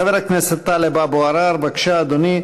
חבר הכנסת טלב אבו עראר, בבקשה, אדוני.